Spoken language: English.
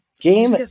Game